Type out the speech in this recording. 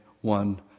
one